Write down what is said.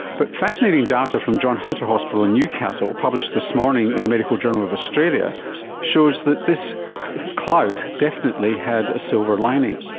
but fascinating data from john hunter hospital in and newcastle ah published this morning in the medical journal of australia shows that this cloud definitely had a silver lining.